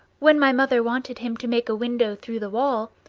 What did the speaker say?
when my mother wanted him to make a window through the wall,